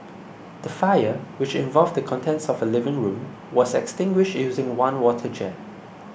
the fire which involved the contents of a living room was extinguished using one water jet